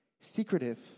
secretive